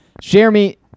Jeremy